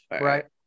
Right